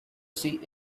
see